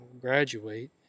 graduate